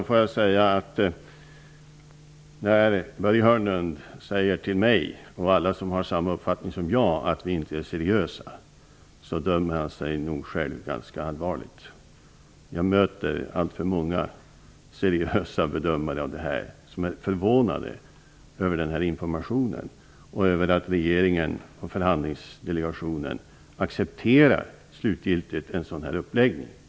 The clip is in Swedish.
Herr talman! När Börje Hörnlund säger till mig och till alla som har samma uppfattning som jag att vi inte är seriösa dömer han nog sig själv ganska hårt. Jag möter alltför många seriösa bedömare av detta som är förvånade över denna information och över att regeringen och förhandlingsdelegationen slutgiltigt accepterar en sådan uppläggning.